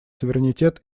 суверенитет